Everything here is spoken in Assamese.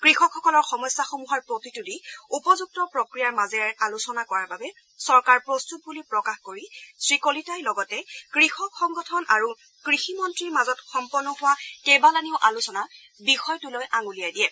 কৃষকসকলৰ সমস্যাসমূহৰ প্ৰতিটো দিশ উপযুক্ত প্ৰক্ৰিয়াৰ মাজেৰে আলোচনা কৰাৰ বাবে চৰকাৰ প্ৰস্তুত বুলি প্ৰকাশ কৰি শ্ৰীকলিতাই লগতে কৃষক সংগঠন আৰু কৃষি মন্ত্ৰীৰ মাজত সম্পন্ন হোৱা কেইবালানিও আলোচনাৰ বিষয়টোলৈ আঙুলিয়াই দিয়ে